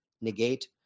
negate